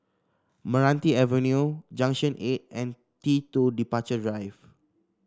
Meranti Avenue Junction Eight and T two Departure Drive